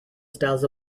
styles